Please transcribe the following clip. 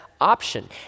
option